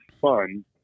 fun